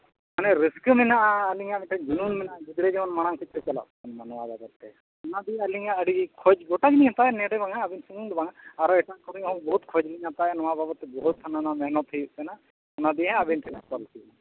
ᱢᱟᱱᱮ ᱨᱟᱹᱥᱠᱟᱹ ᱢᱮᱱᱟᱜᱼᱟ ᱟᱹᱞᱤᱧᱟᱜ ᱢᱤᱫᱴᱮᱡ ᱡᱩᱞᱩᱝ ᱢᱮᱱᱟᱜᱼᱟ ᱜᱤᱫᱽᱨᱟᱹ ᱡᱮᱢᱚᱱ ᱢᱟᱲᱟᱝ ᱥᱮᱫ ᱠᱚ ᱪᱟᱞᱟᱜ ᱢᱟ ᱱᱚᱣᱟ ᱵᱟᱵᱚᱫ ᱛᱮ ᱚᱱᱟᱜᱮ ᱟᱹᱞᱤᱧᱟᱜ ᱟᱹᱰᱤ ᱠᱷᱚᱡᱽ ᱜᱳᱴᱟ ᱞᱤᱧ ᱦᱟᱛᱟᱣᱟ ᱱᱚᱰᱮ ᱵᱟᱝᱟ ᱟᱹᱵᱤᱱ ᱥᱩᱢᱩᱝ ᱫᱚ ᱵᱟᱝᱟ ᱟᱨᱚ ᱮᱴᱟᱜ ᱠᱚᱨᱮᱜ ᱦᱚᱸ ᱵᱚᱦᱩᱫ ᱱᱟᱯᱟᱭᱟ ᱱᱚᱣᱟ ᱵᱟᱵᱚᱫ ᱛᱮ ᱵᱚᱦᱩᱫ ᱦᱟᱱᱟ ᱱᱚᱣᱟ ᱢᱮᱦᱱᱚᱛ ᱦᱩᱭᱩᱜ ᱠᱟᱱᱟ ᱚᱱᱟ ᱫᱤᱭᱮ ᱟᱹᱞᱤᱧ ᱴᱷᱮᱱ